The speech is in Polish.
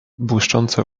błyszczące